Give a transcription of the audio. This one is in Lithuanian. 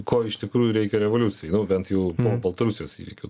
ko iš tikrųjų reikia revoliucijai nu bent jau baltarusijos įvykių